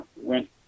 went